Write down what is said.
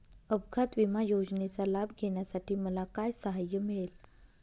अपघात विमा योजनेचा लाभ घेण्यासाठी मला काय सहाय्य मिळेल?